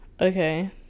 okay